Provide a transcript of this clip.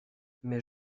mais